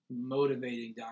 motivating